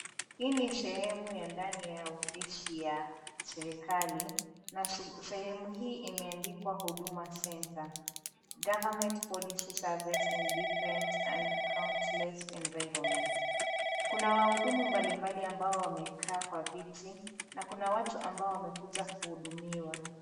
Hii ni sehemu ya ndani ya ofisi ya serikali na sehemu hii imeandikwa Huduma Center, government quality service in different and countless environments . Kuna wahudumu mbalimbali ambao wamekaa kwa viti na kuna watu ambao wamekuja kuhudumiwa.